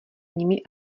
nimi